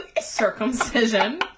Circumcision